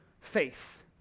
faith